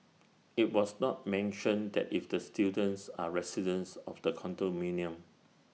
IT was not mentioned that if the students are residents of the condominium